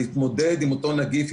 להתמודד עם אותו נגיף,